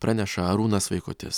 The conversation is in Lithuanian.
praneša arūnas vaikutis